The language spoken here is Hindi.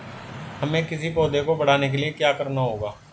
हमें किसी पौधे को बढ़ाने के लिये क्या करना होगा?